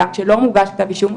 גם שלא מוגש כתב אישום,